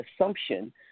assumption